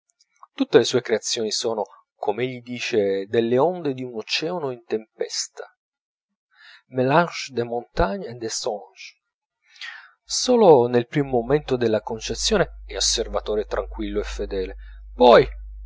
tutte le sue creazioni sono com'egli dice delle onde di un oceano in tempesta mélanges de montagne et de songe solo nel primo momento della concezione è osservatore tranquillo e fedele poi